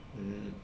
mmhmm